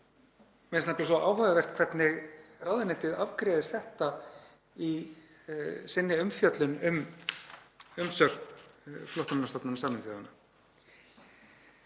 finnst nefnilega svo áhugavert hvernig ráðuneytið afgreiðir þetta í sinni umfjöllun um umsögn Flóttamannastofnunar Sameinuðu